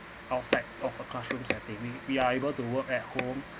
outside of a classroom setting we we are able to work at home